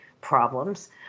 problems